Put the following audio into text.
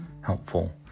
helpful